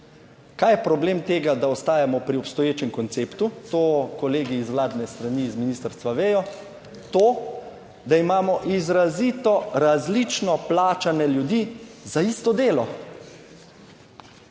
Kaj je problem tega, da ostajamo pri obstoječem konceptu? To kolegi iz vladne strani, iz ministrstva vedo to, da imamo izrazito različno plačane ljudi za isto delo.